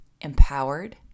empowered